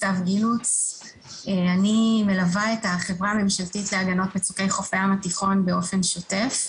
אני מלווה את החברה הממשלתית להגנת מצוקי חוף הים התיכון באופן שוטף.